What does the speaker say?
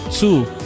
Two